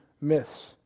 myths